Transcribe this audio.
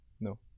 No